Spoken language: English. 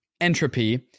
entropy